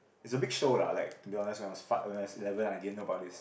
it's a big show lah like to be honest when I was when I was eleven I didn't know about this